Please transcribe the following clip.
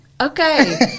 Okay